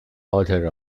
author